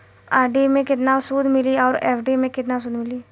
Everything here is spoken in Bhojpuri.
आर.डी मे केतना सूद मिली आउर एफ.डी मे केतना सूद मिली?